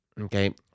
okay